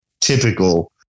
typical